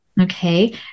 okay